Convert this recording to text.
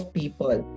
people